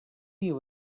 you